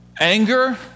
anger